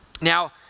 Now